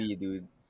dude